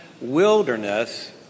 wilderness